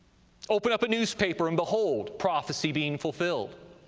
open up a newspaper, and behold, prophecy being fulfilled,